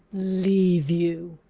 leave you!